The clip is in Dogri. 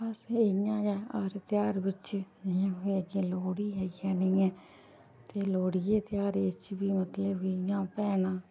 बस इ'यां गै हर ध्यार बिच्च जियां फ्ही अग्गें लोह्ड़ी आई जानी ऐ ते लोह्ड़ी दे ध्यारै च बी मतलब कि जियां भैनां